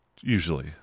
Usually